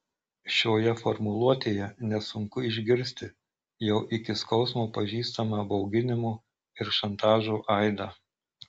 šioje formuluotėje nesunku išgirsti jau iki skausmo pažįstamą bauginimo ir šantažo aidą